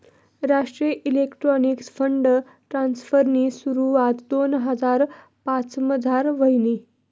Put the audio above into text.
राष्ट्रीय electronics fund ट्रान्स्फरनी सुरवात दोन हजार पाचमझार व्हयनी